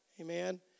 Amen